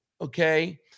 okay